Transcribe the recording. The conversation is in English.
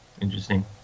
Interesting